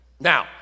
Now